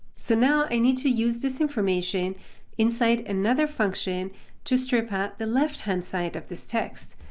so now i need to use this information inside another function to strip out the left hand side of this text.